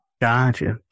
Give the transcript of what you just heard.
Gotcha